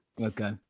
Okay